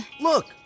Look